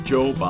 Joe